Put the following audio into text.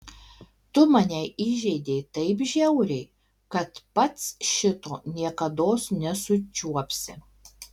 tu mane įžeidei taip žiauriai kad pats šito niekados nesučiuopsi